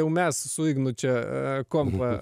jau mes su ignu čia kompą